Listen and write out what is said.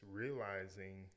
realizing